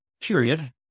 period